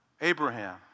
Abraham